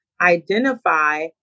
identify